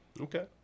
Okay